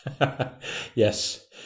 Yes